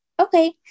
Okay